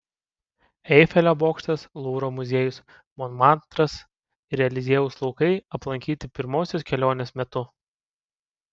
eifelio bokštas luvro muziejus monmartras ir eliziejaus laukai aplankyti pirmosios kelionės metu